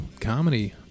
comedy